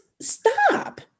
stop